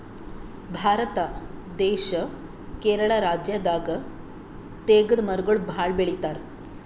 ಭಾರತ ದೇಶ್ ಕೇರಳ ರಾಜ್ಯದಾಗ್ ತೇಗದ್ ಮರಗೊಳ್ ಭಾಳ್ ಬೆಳಿತಾರ್